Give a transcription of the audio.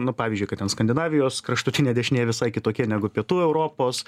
nu pavyzdžiui kad ten skandinavijos kraštutinė dešinė visai kitokia negu pietų europos